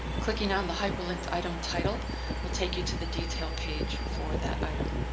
clicking on the hyperlink item title will take you to the details page for that item.